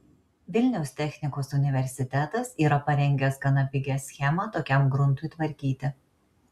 vilniaus technikos universitetas yra parengęs gana pigią schemą tokiam gruntui tvarkyti